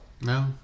No